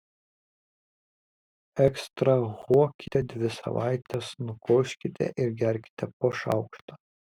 ekstrahuokite dvi savaites nukoškite ir gerkite po šaukštą